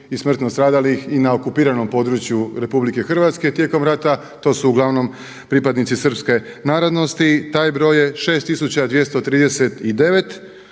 i smrtno stradalih i na okupiranom području RH tijekom rata, to su uglavnom pripadnici srpske narodnosti. Taj broj je 6239,